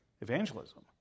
evangelism